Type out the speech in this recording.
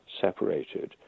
separated